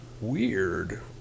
weird